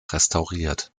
restauriert